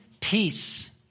peace